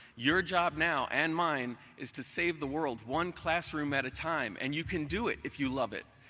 your job now, and mine, is to save the world, one classroom at a time. and you can do it if you love it.